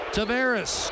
Tavares